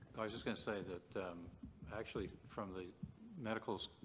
i was just going to say that actually from the medical sch.